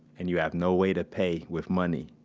and you have no way to pay with money.